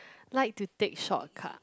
like to take shortcut